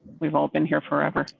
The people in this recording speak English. we've all been here forever.